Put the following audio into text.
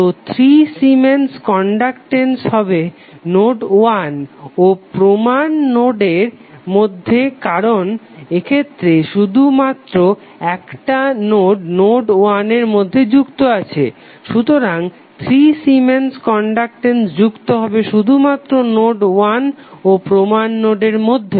তো 3 siemens conductance হবে node 1 ও প্রমান নোডের মধ্যে কারণ এক্ষেত্রে এটা শুধুমাত্র নোড 1 এর মধ্যে যুক্ত আছে সুতরাং 3 সিমেন্স কনডাকটেন্স যুক্ত হবে শুধুমাত্র নোড 1 ও প্রমান নোডের মধ্যে